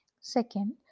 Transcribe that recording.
Second